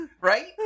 Right